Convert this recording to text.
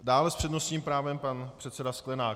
Dále s přednostním právem pan předseda Sklenák.